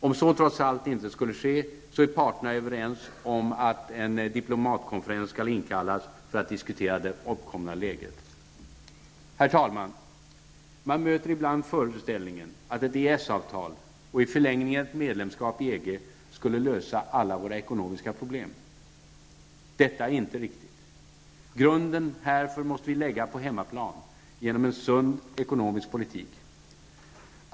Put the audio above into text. Om så trots allt inte skulle ske, är parterna överens om att en diplomatkonferens skall inkallas för att diskutera det uppkomna läget. Herr talman! Man möter ibland föreställningen att ett EES-avtal -- och i förlängningen ett medlemskap i EG -- skulle lösa alla våra ekonomiska problem. Detta är inte riktigt. Grunden härför måste vi lägga på hemmaplan -- genom en sund ekonomisk politik.